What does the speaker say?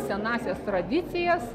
senąsias tradicijas